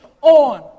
on